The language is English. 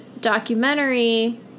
documentary